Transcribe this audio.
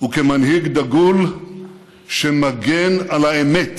וכמנהיג דגול שמגן על האמת,